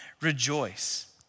rejoice